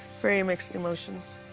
very mixed emotions,